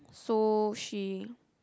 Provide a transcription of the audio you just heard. so she